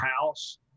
house